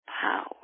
power